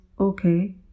Okay